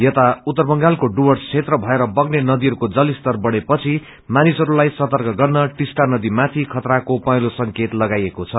यता उत्तर बंगालको हुर्वेस क्षेत्र भएर बग्ने नदीहरूको जलस्तर बढेपछि मानिसहस्लाई सर्तक गर्न टिस्टा नदीमाथि खतराको पहेलो संकेत लगाइएको छ